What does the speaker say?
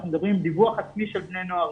אנחנו מדברים על דיווח עצמי של בני נוער,